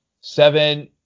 seven